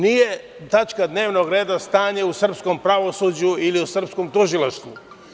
Nije tačka dnevnog reda stanje u srpskom pravosuđu ili u srpskom tužilaštvu.